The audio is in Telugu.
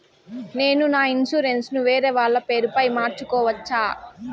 నేను నా ఇన్సూరెన్సు ను వేరేవాళ్ల పేరుపై మార్సుకోవచ్చా?